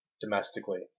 domestically